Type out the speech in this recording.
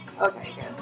Okay